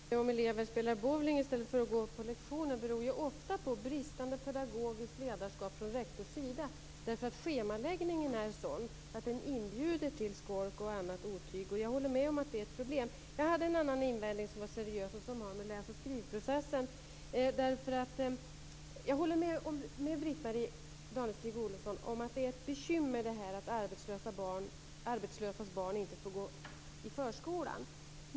Fru talman! Att elever spelar bowling i stället för att gå på lektionerna beror ofta på bristande pedagogiskt ledarskap från rektors sida - schemaläggningen är sådan att den inbjuder till skolk och annat otyg. Jag håller med om att det är ett problem. Men jag har en annan seriös invändning, som har att göra med läs och skrivprocessen. Jag håller med Britt-Marie Danestig om att det är ett bekymmer att arbetslösas barn inte får gå i förskolan.